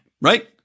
right